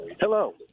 Hello